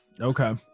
Okay